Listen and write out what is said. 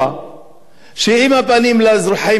שהיא עם הפנים לאזרחים הערבים ולדרוזים,